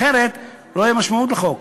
אחרת לא תהיה משמעות לחוק,